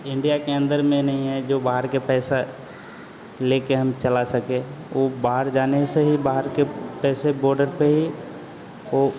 India के अंदर में नहीं है जो बाहर के पैसा लेकर हम चला सके उ बाहर जाने से ही बाहर के पैसे बोडर पर ही वह